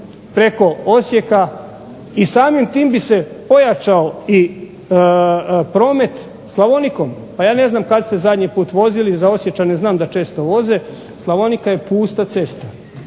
preko Osijeka i samim tim bi se pojačao i promet Slavonikom, pa ja ne znam kad ste zadnji put vozili, za Osječane znam da često voze, Slavonika je pusta cesta.